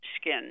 skin